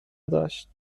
داشت